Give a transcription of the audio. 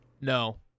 No